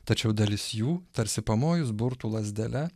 tačiau dalis jų tarsi pamojus burtų lazdele